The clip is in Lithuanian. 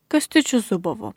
kastyčiu zubovu